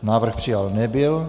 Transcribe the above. Návrh přijat nebyl.